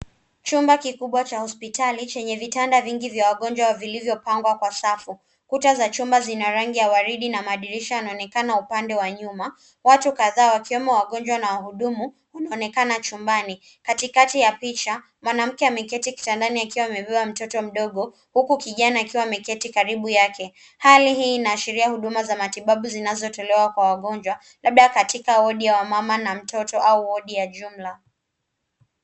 Chumba kikubwa cha hospitali chenye vitanda vingi vya wagonjwa vilivyopangwa kwa safu. Kuta za chumba zina rangi ya waridi na madirisha yanaonekana upande wa nyuma, watu kadhaa wakiwomo wagonjwa na wahudumu wanaonekana chumbani Katikati ya picha, mwanamke anaonekana kitandani akiwa amebeba mtoto mdogo huku kijana akiwa ameketi karibu yake. Hali hii inaashiria huduma za matibabu zinazotolewa kwa wagonjwa labda katika wodi ya wamama na mtoto au wodi ya jumla.